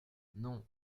non